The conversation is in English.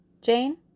Jane